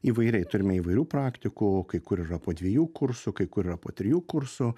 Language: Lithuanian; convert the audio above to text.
įvairiai turime įvairių praktikų kai kur yra po dviejų kursų kai kur yra po trijų kursų